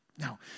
Now